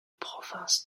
province